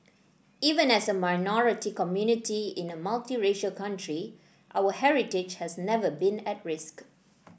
even as a minority community in a multiracial country our heritage has never been at risk